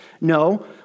No